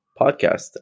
podcast